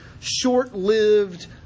short-lived